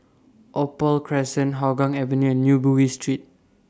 Opal Crescent Hougang Avenue and New Bugis Street